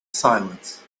silence